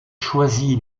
choisi